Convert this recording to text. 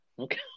Okay